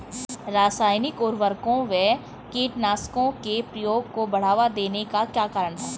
रासायनिक उर्वरकों व कीटनाशकों के प्रयोग को बढ़ावा देने का क्या कारण था?